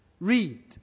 read